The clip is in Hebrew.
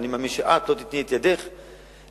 ואני מאמין שאת לא תיתני את ידך לניצול,